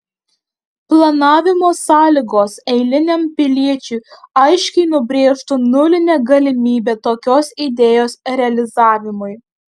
planavimo sąlygos eiliniam piliečiui aiškiai nubrėžtų nulinę galimybę tokios idėjos realizavimui